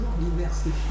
diversifié